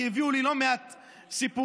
כי הביאו לי לא מעט סיפורים,